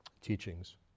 teachings